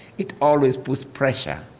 it always puts pressure,